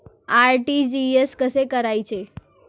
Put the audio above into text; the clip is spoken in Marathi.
आर.टी.जी.एस कसे करायचे?